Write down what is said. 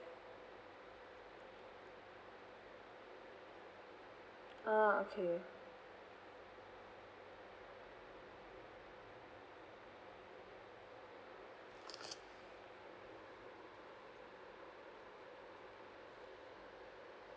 ah okay